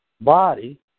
body